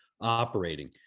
operating